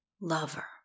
lover